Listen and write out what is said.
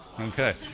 Okay